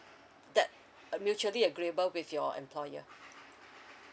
that mutually agreeable with your employer